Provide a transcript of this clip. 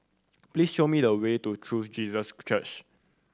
please show me the way to True Jesus Church